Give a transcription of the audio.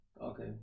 Okay